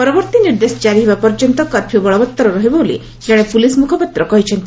ପରବର୍ତ୍ତୀ ନିର୍ଦ୍ଦେଶ କାରି ହେବା ପର୍ଯ୍ୟନ୍ତ କର୍ଫ୍ୟ ବଳବତ୍ତର ରହିବ ବୋଲି ଜଣେ ପ୍ରଲିସ ମୁଖପାତ୍ର କହିଛନ୍ତି